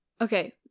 Okay